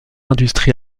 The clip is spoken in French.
industrie